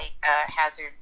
hazard